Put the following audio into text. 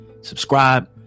Subscribe